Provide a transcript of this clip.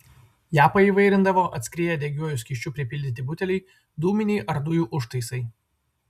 ją paįvairindavo atskrieję degiuoju skysčiu pripildyti buteliai dūminiai ar dujų užtaisai